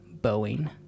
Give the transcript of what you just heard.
Boeing